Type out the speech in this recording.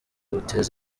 buteza